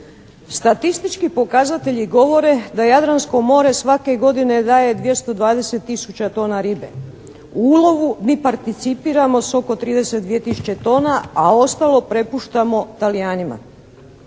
Statistički pokazatelji govore da Jadransko more svake godine daje 220 tisuća tona ribe. U ulovu mi participiramo s oko 32 tisuće tona a ostalo prepuštamo Talijanima.